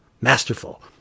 Masterful